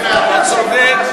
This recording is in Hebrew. אתה צודק.